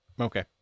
Okay